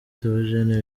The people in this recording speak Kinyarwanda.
théogène